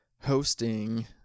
hosting